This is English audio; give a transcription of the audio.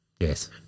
Yes